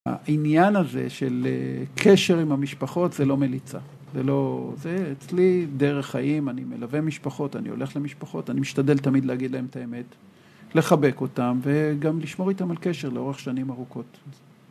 העניין הזה של קשר עם המשפחות זה לא מליצה זה לא... זה אצלי דרך חיים אני מלווה משפחות, אני הולך למשפחות אני משתדל תמיד להגיד להם את האמת לחבק אותם וגם לשמור איתם על קשר לאורך שנים ארוכות